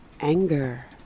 anger